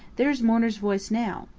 there's mourner's voice now.